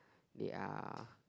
they are